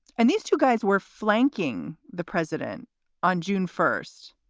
and these two guys were flanking the president on june first.